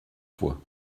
fois